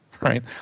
right